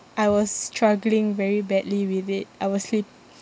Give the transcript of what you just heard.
I was struggling very badly with it I was sleep